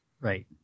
right